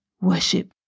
Worship